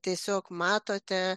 tiesiog matote